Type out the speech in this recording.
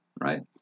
right